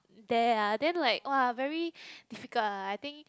there ah then like !wah! very difficult ah I think